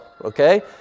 okay